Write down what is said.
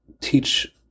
teach